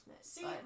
see